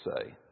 say